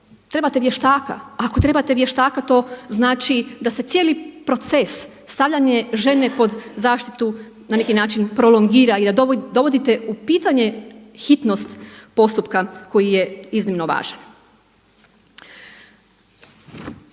Trebate vještaka. A ako trebate vještaka to znači da se cijeli proces stavljanja žene pod zaštitu na neki način prolongira i dovodite u pitanje hitnost postupka koji je iznimno važan.